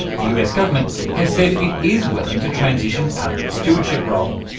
the us government has said it is willing to transition out of its stewardship role.